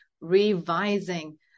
revising